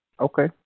Okay